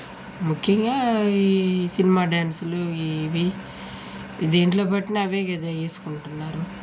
ముఖ్యంగా ఈ సినిమా డ్యాన్సులు ఈ ఇవి దేంట్లో పట్టిన అవే కదా వేసుకుంటున్నారు